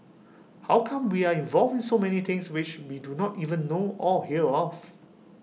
how come we are involved in so many things which we do not even know or hear of